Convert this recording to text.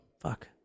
Fuck